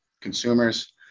consumers